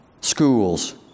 schools